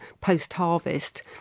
post-harvest